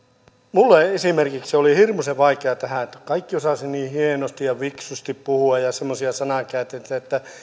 minulle esimerkiksi oli hirmuisen vaikeaa sopeutuminen tähän kaikki osasivat niin hienosti ja fiksusti puhua ja semmoisia sanankäänteitä että